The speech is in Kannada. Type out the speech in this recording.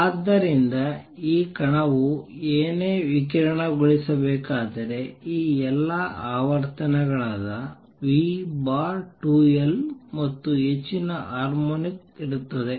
ಆದ್ದರಿಂದ ಈ ಕಣವು ಏನೇ ವಿಕಿರಣಗೊಳಿಸಬೇಕಾದರೆ ಈ ಎಲ್ಲಾ ಆವರ್ತನಗಳಾದ v2L ಮತ್ತು ಹೆಚ್ಚಿನ ಹಾರ್ಮೋನಿಕ್ಸ್ ಇರುತ್ತದೆ